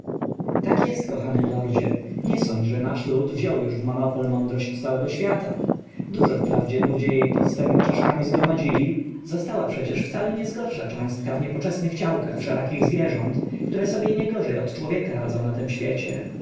tak jest kochany lordzie nie sądź że nasz ród wziął już w monopol mądrość całego świata dużo wprawdzie ludzie jej pod swemi czaszkami zgromadzili została przecież wcale niezgorsza cząstka w niepoczesnych ciałkach wszelakich zwierząt które sobie nie gorzej od człowieka radzą na tym świecie